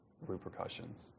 repercussions